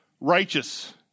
Righteous